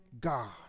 God